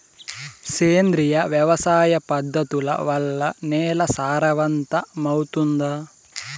సేంద్రియ వ్యవసాయ పద్ధతుల వల్ల, నేల సారవంతమౌతుందా?